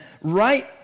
right